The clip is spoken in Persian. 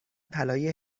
طلای